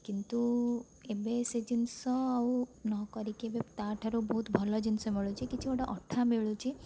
କିନ୍ତୁ ଏବେ ସେ ଜିନିଷ ଆଉ ନ କରିକି ଏବେ ତା'ଠାରୁ ବହୁତ ଭଲ ଜିନିଷ ମିଳୁଛି କିଛି ଗୋଟେ ଅଠା ମିଳୁଛି